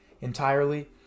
entirely